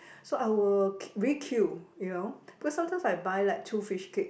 so I would requeue you know because sometimes I buy like two fishcake